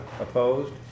Opposed